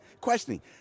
Questioning